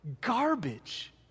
garbage